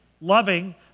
loving